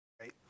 right